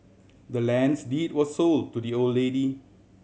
the land's deed was sold to the old lady